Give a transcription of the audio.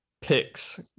picks